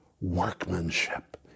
workmanship